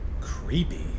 creepy